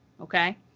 okay